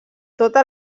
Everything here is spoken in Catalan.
totes